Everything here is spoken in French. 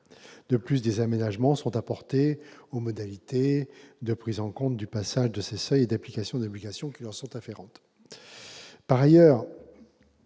De plus, des aménagements sont apportés aux modalités de prise en compte du passage de ces seuils et d'application des obligations qui leur sont afférentes.